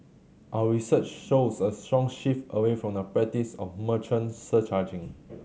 our research shows a strong shift away from the practice of merchant surcharging